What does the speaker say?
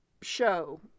show